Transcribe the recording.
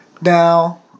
Now